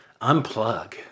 unplug